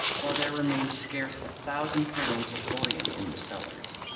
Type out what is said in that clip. while there remained scarce a thousand pounds of bullion in the cellars.